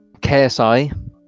KSI